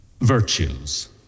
virtues